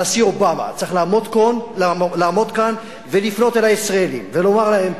הנשיא אובמה צריך לעמוד כאן ולפנות אל הישראלים ולומר להם,